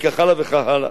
וכך הלאה וכך הלאה.